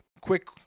Quick